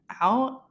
out